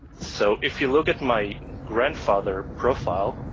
so if you look at my grandfather profile,